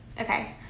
okay